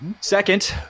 Second